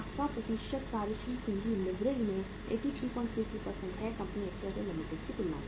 आपका प्रतिशत कार्यशील पूंजी लीवरेज में 8333 है कंपनी XYZ लिमिटेड की तुलना में